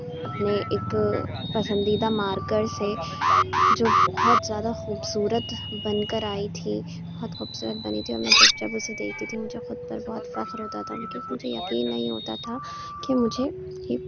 اپنے ایک پسندیدہ مارکر سے جو بہت زیادہ خوبصورت بن کر آئی تھی بہت خوبصورت بنی تھی اور میں جب جب اسے دیکھتی تھی مجھے خود پر بہت فخر ہوتا تھا کیوں کہ مجھے یقین نہیں ہوتا تھا کہ مجھے یہ